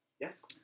Yes